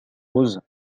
rose